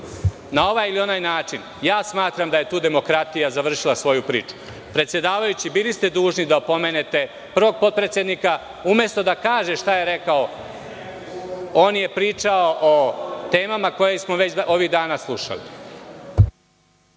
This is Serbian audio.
na ovaj ili onaj način, smatram da je tu demokratija završila svoju priču. Predsedavajući, bili ste dužni da opomenete prvog potredsednika, umesto da kaže šta je rekao, on je pričao o temama koje smo već ovih dana slušali.